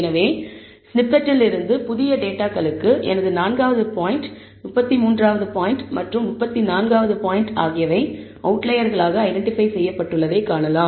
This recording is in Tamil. எனவே ஸ்நிப்பெட் இல் இருந்து புதிய டேட்டாகளுக்கு எனது 4 வது பாயிண்ட் 33 வது பாயிண்ட் மற்றும் 34 வது பாயிண்ட் ஆகியவை அவுட்லயர்களாக ஐடென்டிபை செய்யப்பட்டுள்ளதை காணலாம்